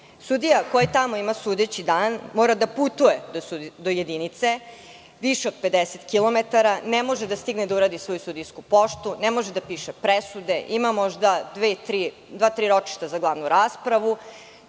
Sudija koji tamo ima sudeći dan mora da putuje do jedinice više od 50 kilometara. Ne može da stigne da uradi svoju sudijsku poštu, ne može da piše presude. Ima možda dva, tri ročišta za glavnu raspravu,